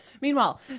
Meanwhile